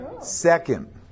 second